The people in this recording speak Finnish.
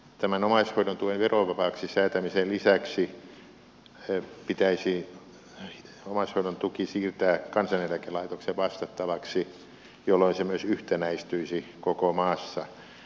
tämän omaishoidon tuen verovapaaksi säätämisen lisäksi pitäisi omaishoidon tuki siirtää kansaneläkelaitoksen vastattavaksi jolloin se myös yhtenäistyisi koko maassa